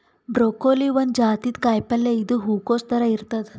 broccoli ಒಂದ್ ಜಾತಿದ್ ಕಾಯಿಪಲ್ಯ ಇದು ಹೂಕೊಸ್ ಥರ ಇರ್ತದ್